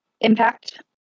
impact